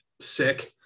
sick